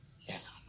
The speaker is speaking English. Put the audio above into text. Yes